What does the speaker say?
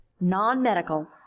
non-medical